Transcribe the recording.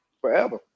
forever